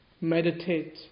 Meditate